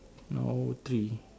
now three